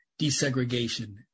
desegregation